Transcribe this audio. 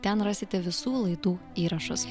ten rasite visų laidų įrašus